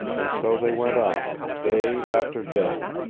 and so they went on, day after day,